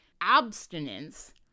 abstinence